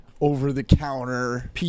over-the-counter